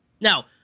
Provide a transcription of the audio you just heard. Now